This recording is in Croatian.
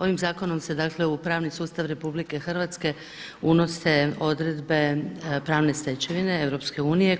Ovim zakonom se dakle u pravni sustav RH unose odredbe pravne stečevine EU,